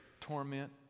torment